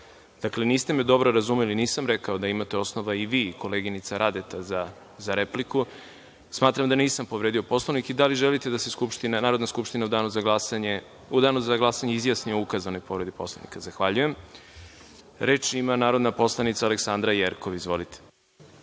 sam ja. Niste me dobro razumeli. Nisam rekao da imate osnova i vi i koleginica Radeta za repliku. Smatram da nisam povredio Poslovnik. Da li želite da se Narodna skupština u danu za glasanje izjasni o ukazanoj povredi Poslovnika? Zahvaljujem. Reč ima narodni poslanik Aleksandra Jerkov.